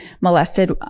molested